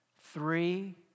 three